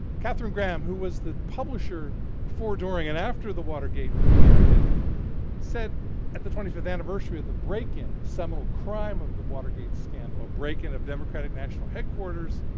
katharine graham who was the publisher before, during, and after the watergate period said at the twenty fifth anniversary of the break in, the seminal crime of the watergate scandal, a break in at democratic national headquarters,